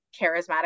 charismatic